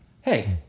hey